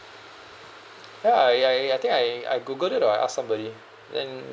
oh I I I think I I googled it or I ask somebody then